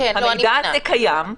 המידע על זה קיים.